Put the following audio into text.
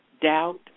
doubt